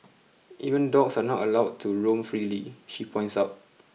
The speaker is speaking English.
even dogs are not allowed to roam freely she points out